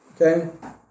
Okay